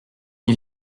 une